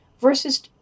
versus